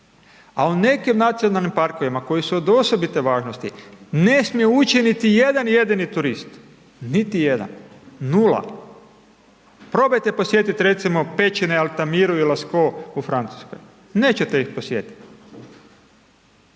A u nekim nacionalnim parkovima koji su od osobite važnosti, ne smije ući niti jedan jedini turist. Niti jedan, nula. Probajte posjetit recimo, pećine Altamiru i Lascaux u Francuskoj. Nećete ih posjetiti.